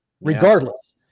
regardless